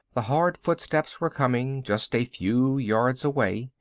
the hard footsteps were coming, just a few yards away.